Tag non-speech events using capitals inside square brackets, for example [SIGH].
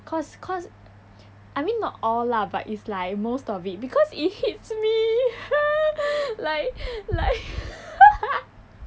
cause cause I mean not all lah but it's like most of it because it hits me like like [LAUGHS]